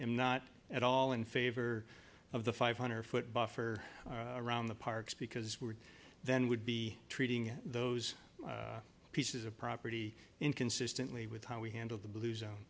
am not at all in favor of the five hundred foot buffer around the parks because we're then would be treating those pieces of property inconsistently with how we handle the blue zone